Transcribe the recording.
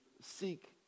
seek